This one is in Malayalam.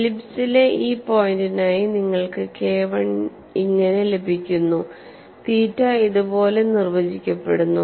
എലിപ്സിലെ ഈ പോയിന്റിനായി നിങ്ങൾക്ക് KI ഇങ്ങനെ ലഭിക്കുന്നു തീറ്റ ഇതുപോലെ നിർവചിക്കപ്പെടുന്നു